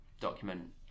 document